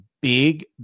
big